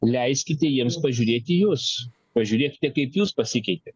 leiskite jiems pažiūrėti į jus pažiūrėkite kaip jūs pasikeitėt